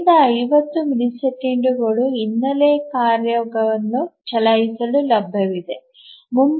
ಉಳಿದ 50 ಮಿಲಿಸೆಕೆಂಡುಗಳು ಹಿನ್ನೆಲೆ ಕಾರ್ಯವನ್ನು ಚಲಾಯಿಸಲು ಲಭ್ಯವಿದೆ